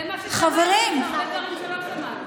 זה רק מה ששמענו, יש עוד שלא שמענו.